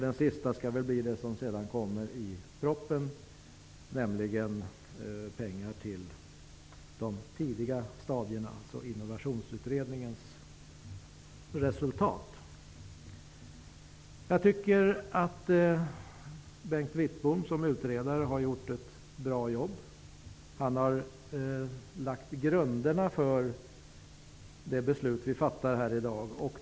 Den sista är det som kommer att föreslås i propositionen, nämligen pengar till det som Jag tycker att Bengt Wittbom som utredare har gjort ett bra jobb. Han har lagt grunderna för det beslut som vi fattar i dag.